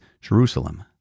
Jerusalem